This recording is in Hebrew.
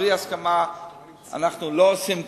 בלי הסכמה אנחנו לא עושים כלום.